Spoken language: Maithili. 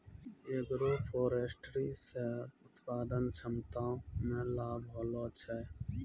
एग्रोफोरेस्ट्री से उत्पादन क्षमता मे लाभ होलो छै